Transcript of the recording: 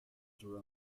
droned